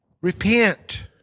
repent